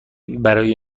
برای